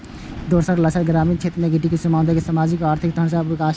दोसर लक्ष्य ग्रामीण क्षेत्र मे टिकाउ सामुदायिक, सामाजिक आ आर्थिक ढांचाक विकास रहै